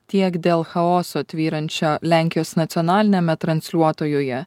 tiek dėl chaoso tvyrančio lenkijos nacionaliniame transliuotojuje